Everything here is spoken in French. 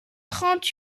trente